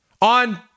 on